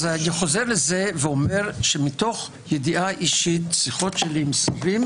מתוך ידיעה אישית, שיחות שלי עם שרים,